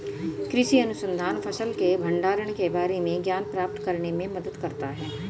कृषि अनुसंधान फसल के भंडारण के बारे में ज्ञान प्राप्त करने में मदद करता है